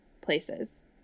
places